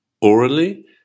orally